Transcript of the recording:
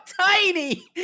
tiny